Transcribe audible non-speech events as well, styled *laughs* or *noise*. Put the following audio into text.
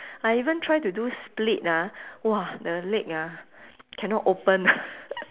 I even try to do split ah !wah! the leg ah cannot open *laughs*